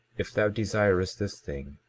if thou desirest this thing,